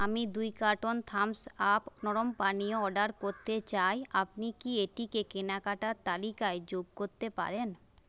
আমি দুই কার্টন থাম্স আপ নরম পানীয় অর্ডার করতে চাই আপনি কি এটিকে কেনাকাটার তালিকায় যোগ করতে পারেন